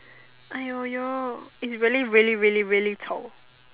!aiyoyo! it's really really really really 丑